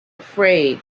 afraid